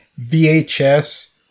VHS